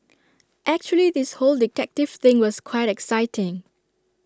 actually this whole detective thing was quite exciting